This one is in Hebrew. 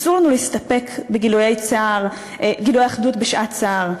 אסור לנו להסתפק בגילויי אחדות בשעת צער,